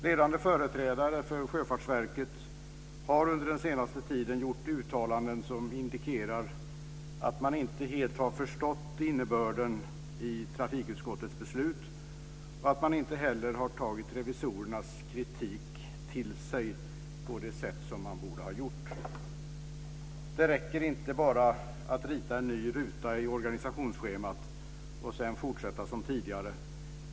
Ledande företrädare för Sjöfartsverket har under den senaste tiden gjort uttalanden som indikerar att man inte helt har förstått innebörden i trafikutskottets beslut och att man inte heller har tagit revisorernas kritik till sig på det sätt som man borde ha gjort. Det räcker inte att bara rita en ny ruta i organisationsschemat och sedan fortsätta som tidigare.